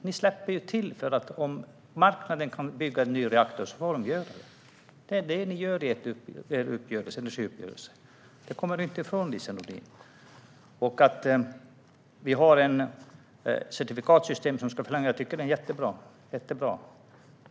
Ni släpper till. Om marknaden kan bygga en ny reaktor får den göra det. Det är vad ni gör i er energiuppgörelse. Det kommer Lise Nordin inte ifrån. Jag tycker att det är bra att certifikatsystemet ska förlängas.